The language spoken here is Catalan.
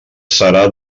serà